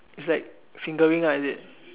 is like fingering ah is it